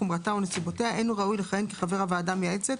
חומרתה או נסיבותיה אין הוא ראוי לכהן כחבר הוועדה המייעצת,